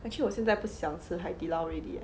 actually 我现在不想吃 Hai-Di-Lao already leh